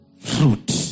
fruit